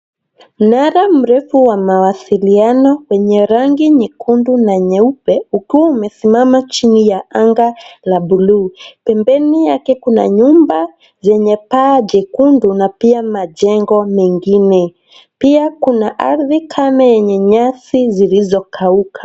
mnara mrefu wa mawasiliano wenye rangi nyekundu na nyeupe ukiwa umesimama chini ya anga la blue, pembeni yake kuna nyumba jenye paa jekundu na pia majengo mengine, pia kuna ardhi kame yenye nyasi zilizo kauka.